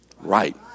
right